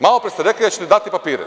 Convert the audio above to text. Malopre ste rekli da ćete dati papire.